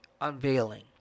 unveiling